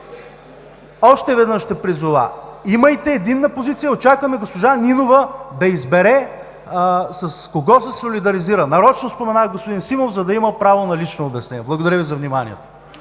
Още веднъж ще призова: имайте единна позиция. Очакваме госпожа Нинова да избере с кого се солидаризира. Нарочно споменах господин Симов, за да има право на лично обяснение. Благодаря Ви за вниманието.